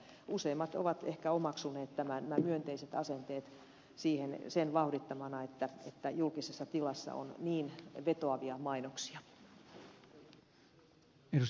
useimmat ovat ehkä omaksuneet nämä myönteiset asenteet sen vauhdittamana että julkisessa tilassa on niin vetoavia mainoksia